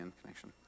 connection